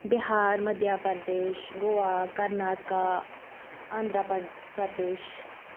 Bihar Madhya Pradesh Goa Karnataka Andhra Pradesh